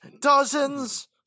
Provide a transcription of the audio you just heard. Dozens